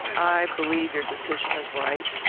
i believe your decision is right.